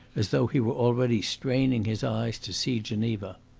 as though he were already straining his eyes to see geneva.